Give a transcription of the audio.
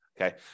Okay